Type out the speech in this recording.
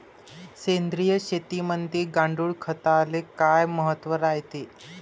सेंद्रिय शेतीमंदी गांडूळखताले काय महत्त्व रायते?